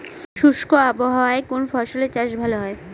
শুষ্ক আবহাওয়ায় কোন ফসলের চাষ ভালো হয়?